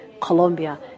Colombia